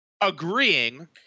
agreeing